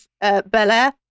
Bel-Air